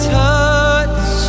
touch